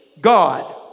God